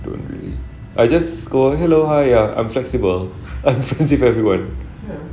I don't really I just go hello hi ya I'm flexible I'm friends with everyone